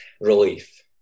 relief